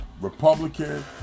Republican